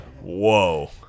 Whoa